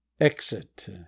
Exit